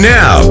now